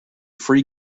free